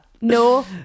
no